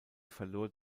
verlor